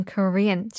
Korean